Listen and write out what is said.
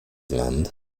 land